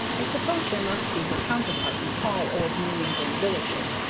i suppose there must be her counterpart in all old new england villages.